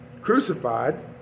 crucified